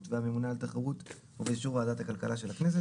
והממונה על התחרות ובאישור ועדת הכלכלה של הכנסת,